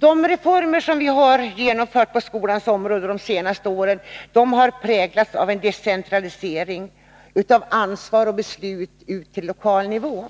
De reformer som genomförts på skolans område de senaste åren har präglats av decentralisering av ansvar och beslut ut till lokal nivå.